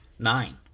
nine